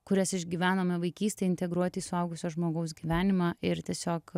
kurias išgyvenome vaikystėj integruoti į suaugusio žmogaus gyvenimą ir tiesiog